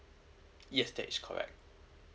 yes that is correct